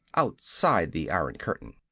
outside the iron curtain.